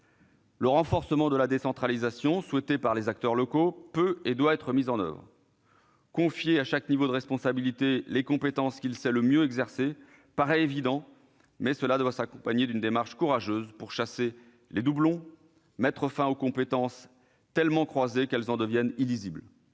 Le renforcement de la décentralisation, souhaité par les acteurs locaux, peut et doit être mis en oeuvre. Confier à chaque niveau de responsabilité les compétences qu'il sait le mieux exercer paraît évident, mais cela doit s'accompagner d'une démarche courageuse pour chasser les doublons et mettre fin à des compétences tellement croisées qu'elles en deviennent illisibles.